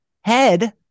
head